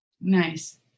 Nice